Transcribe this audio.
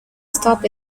stop